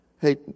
Hey